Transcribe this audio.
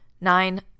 Nine